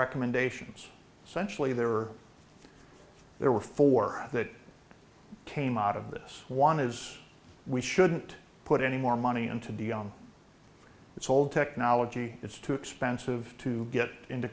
recommendations sensually there were there were four that came out of this one is we shouldn't put any more money into dion it's old technology it's too expensive to get into